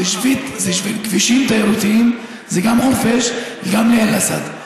זה כבישים תיירותיים, גם בחורפיש וגם באל-אסד.